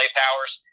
powers